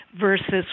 versus